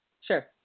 Sure